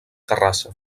terrassa